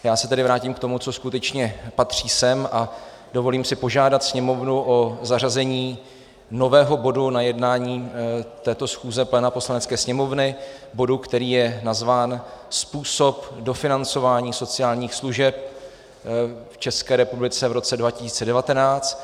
Já se tedy vrátím k tomu, co skutečně patří sem, a dovolím si požádat Sněmovnu o zařazení nového bodu na jednání této schůze Poslanecké sněmovny, bodu, který je nazván Způsob dofinancování sociálních služeb v České republice v roce 2019.